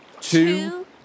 two